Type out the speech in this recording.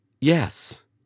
Yes